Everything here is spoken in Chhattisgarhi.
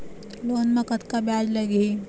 लोन म कतका ब्याज लगही?